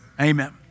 Amen